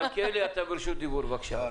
מלכיאלי, אתה ברשות דיבור, בבקשה.